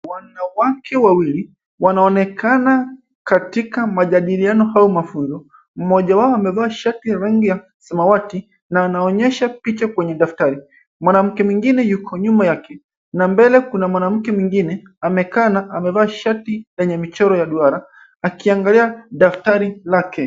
Wanawake wawili wanaonekana katika majadiliano au mafunzo mmoja wao amevaa shati ya rangi ya samawati na anaonyesha picha kwenye daftari mwanamke mwingine yuko nyuma ya kiti na mbele kuna mwanamke mwingine amekaa na amevaa shati yenye michoro ya duara akiangalia daftari lake.